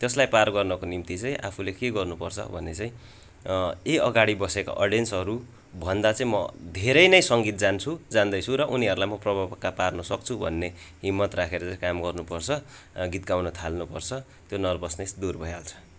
त्यसलाई पार गर्नको निम्ति चाहिँ आफूले के गर्नुपर्छ भने चाहिँ ए अगाडि बसेको अडियन्सहरूभन्दा चाहिँ म धेरै नै सङ्गीत जान्छु जान्दछु र उनीहरूलाई म प्रभाव पक्का पार्नसक्छु भन्ने हिम्मत राखेर चाहिँ काम गर्नुपर्छ गीत गाउन थाल्नुपर्छ त्यो नर्भसनेस दुर भइहाल्छ